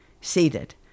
seated